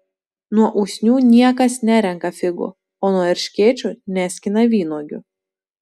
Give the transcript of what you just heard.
nuo usnių niekas nerenka figų o nuo erškėčių neskina vynuogių